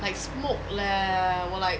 like smoke leh 我 like